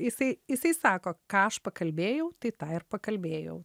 jisai jisai sako ką aš pakalbėjau tai tą ir pakalbėjau